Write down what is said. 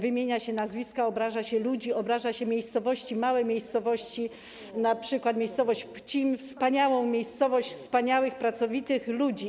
Wymienia się nazwiska, obraża się ludzi, obraża się miejscowości, małe miejscowości, np. miejscowość Pcim, wspaniałą miejscowość wspaniałych, pracowitych ludzi.